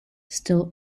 still